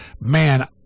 man